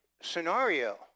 scenario